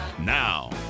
Now